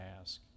ask